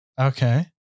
Okay